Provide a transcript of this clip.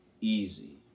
Easy